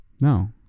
No